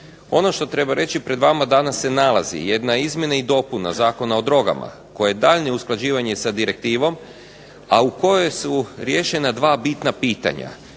Ono što treba reći pred vama danas se nalazi jedna izmjena i dopuna Zakona o drogama koja je daljnje usklađivanje sa direktivom a u kojoj su riješena dva bitna pitanja.